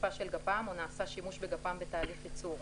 שריפה של גפ"מ או נעשה שימוש בגפ"מ בתהליך ייצור,